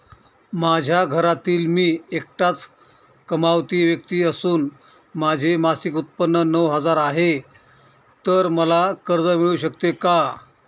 माझ्या घरातील मी एकटाच कमावती व्यक्ती असून माझे मासिक उत्त्पन्न नऊ हजार आहे, तर मला कर्ज मिळू शकते का?